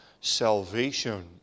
salvation